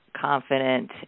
confident